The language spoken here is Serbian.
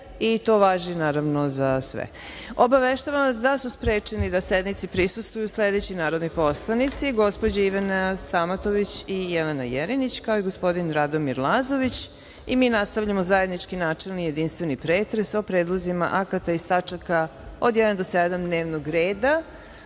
To važi za sve. Obaveštavam vas da su sprečeni da sednici prisustvuju sledeći narodni poslanici: gospođa Ivana Stamatović i Jelena Jerinić, kao i gospodin Radomir Lazović. Nastavljamo zajednički načelni jedinstveni pretres o predlozima akata iz tačaka o 1. do 7. dnevnog